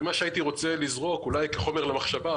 ומה שהייתי רוצה לזרוק אולי כחומר למחשבה,